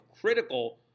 critical